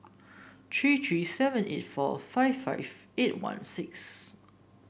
three three seven eight four five five eight one six